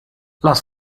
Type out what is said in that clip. las